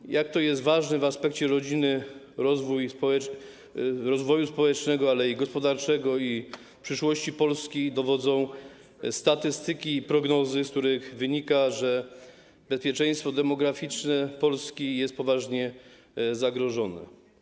Tego, jak jest to ważne w aspekcie rodziny, rozwoju społecznego i gospodarczego i przyszłości Polski, dowodzą statystyki i prognozy, z których wynika, że bezpieczeństwo demograficzne Polski jest poważnie zagrożone.